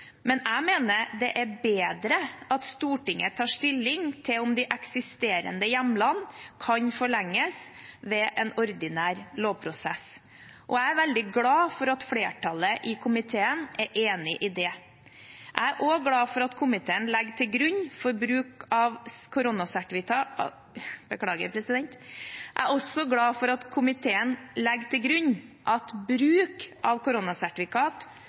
men jeg mener det er bedre at Stortinget tar stilling til om de eksisterende hjemlene kan forlenges ved en ordinær lovprosess. Jeg er veldig glad for at flertallet i komiteen er enig i det. Jeg er også glad for at komiteen legger til grunn at bruk av koronasertifikat kan forskriftsfestes, ikke bare i en fase hvor samfunnet skal gjenåpnes, men også når det er nødvendig med innføring av